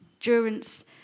endurance